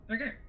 Okay